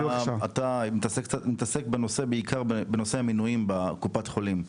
אתה מתעסק בעיקר בנושא המינויים בקופת חולים,